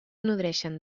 nodreixen